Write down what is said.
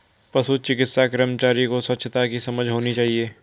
पशु चिकित्सा कर्मचारी को स्वच्छता की समझ होनी चाहिए